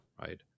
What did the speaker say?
right